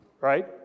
right